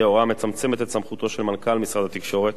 ההוראה המצמצמת את סמכותו של מנכ"ל משרד התקשורת